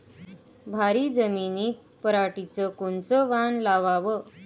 भारी जमिनीत पराटीचं कोनचं वान लावाव?